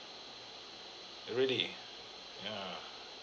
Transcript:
really ya